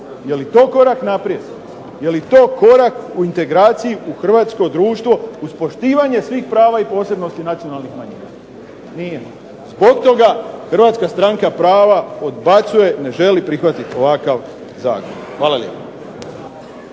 Je li to korak naprijed? Je li to korak u integraciju u Hrvatsko društvo uz poštivanje svih prava i posebnosti nacionalnih manjina? Nije. Zbog toga Hrvatska stranka prava odbacuje, ne želi prihvatiti ovakav Zakon. Hvala lijepo.